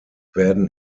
werden